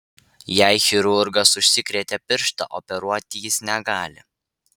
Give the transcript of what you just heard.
jei chirurgas užsikrėtė pirštą operuoti jis negali